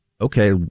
okay